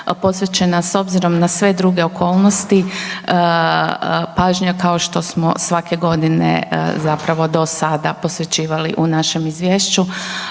posvećena s obzirom na sve druge okolnosti pažnja kao što smo svake godine zapravo do sada posvećivali u našem izvješću.